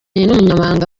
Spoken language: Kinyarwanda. umunyamabanga